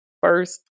first